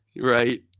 Right